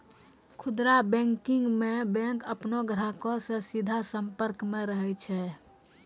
खुदरा बैंकिंग मे बैंक अपनो ग्राहको से सीधा संपर्क मे रहै छै